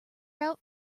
out